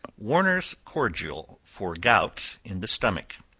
warner's cordial for gout in the stomach.